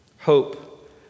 hope